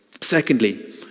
Secondly